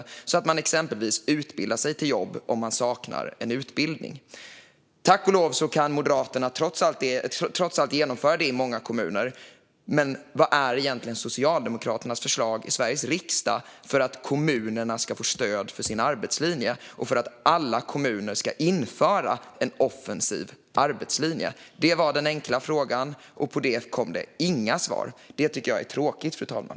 Det handlar om att de exempelvis utbildar sig till jobb om de saknar en utbildning. Tack och lov kan Moderaterna trots allt genomföra det i många kommuner. Men vad är egentligen Socialdemokraternas förslag i Sveriges riksdag för att kommunerna ska få stöd för sin arbetslinje och för att alla kommuner ska införa en offensiv arbetslinje? Det var den enkla frågan, och på det kom det inga svar. Det tycker jag är tråkigt, fru talman.